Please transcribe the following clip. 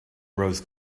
rose